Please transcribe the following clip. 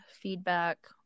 Feedback